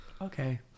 Okay